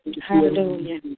Hallelujah